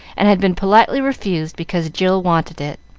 and had been politely refused because jill wanted it.